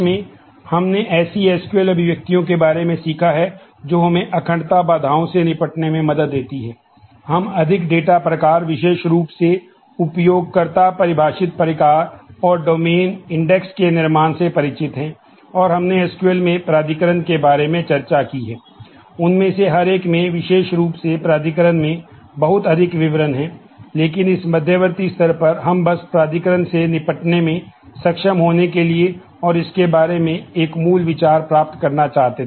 तो ये व्युत्पन्न विशेषाधिकार हैं जो मेरे पास हैं